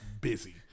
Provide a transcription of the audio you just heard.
busy